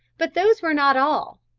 but those were not all.